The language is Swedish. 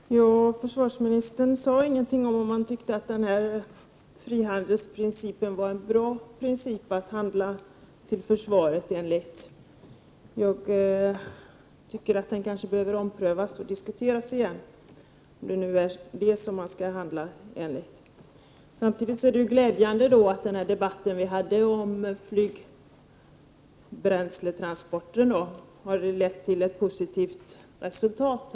Herr talman! Försvarsministern sade ingenting om ifall han tyckte att frihandelsprincipen är en bra princip för inköp till försvaret. Jag tycker att det behöver omprövas och diskuteras igen om det är den principen som man skall handla efter. Samtidigt är det glädjande att den debatt vi hade om flygbränsletransporter har lett till ett positivt resultat.